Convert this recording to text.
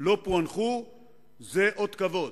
לא פוענחו היא אות כבוד.